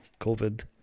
Covid